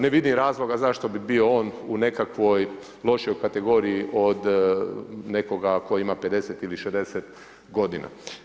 Ne vidim razloga zašto bi bio on u nekakvoj lošijoj kategoriji od nekoga tko ima 50 ili 60 godina.